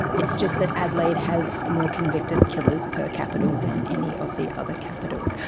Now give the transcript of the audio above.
it's just that adelaide has more convicted killers per capita than any of the other capitals.